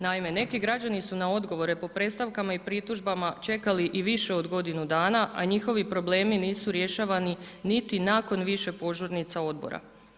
Naime, neki građani su na odgovore, po predstavkama i pritužbama čekali i više od godine dana, a njihovi problemi nisu rješavani niti nakon više požurnica odbora.